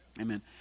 Amen